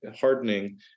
hardening